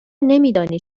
نمیدانی